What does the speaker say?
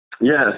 Yes